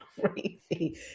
crazy